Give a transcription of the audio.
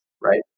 right